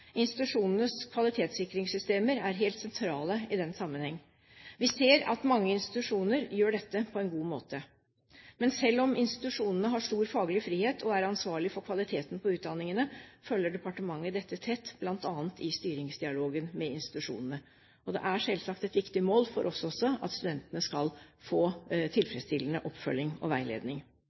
Institusjonenes kvalitetssikringssystemer er helt sentrale i denne sammenheng. Vi ser at mange institusjoner gjør dette på en god måte. Men selv om institusjonene har stor faglig frihet og er ansvarlige for kvaliteten på utdanningene, følger departementet dette tett, bl.a. i styringsdialogen med institusjonene. Og det er selvsagt et viktig mål for oss også at studentene skal få tilfredsstillende oppfølging og veiledning.